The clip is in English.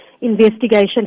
investigation